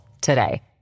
today